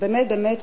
באמת באמת,